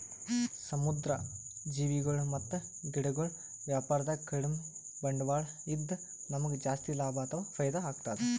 ಸಮುದ್ರ್ ಜೀವಿಗೊಳ್ ಮತ್ತ್ ಗಿಡಗೊಳ್ ವ್ಯಾಪಾರದಾಗ ಕಡಿಮ್ ಬಂಡ್ವಾಳ ಇದ್ದ್ ನಮ್ಗ್ ಜಾಸ್ತಿ ಲಾಭ ಅಥವಾ ಫೈದಾ ಆಗ್ತದ್